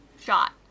shot